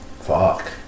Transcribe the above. Fuck